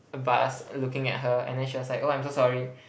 bus looking at her and then she was like oh I'm so sorry